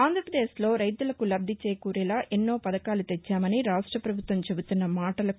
ఆంధ్రప్రదేశ్లో రైతులకు లబ్ది చేకూరేలా ఎన్నో పథకాలు తెచ్చామని రాష్ట పభుత్వం చెబుతున్న మాటలకు